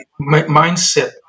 mindset